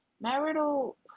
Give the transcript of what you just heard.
Marital